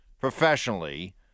professionally